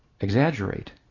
exaggerate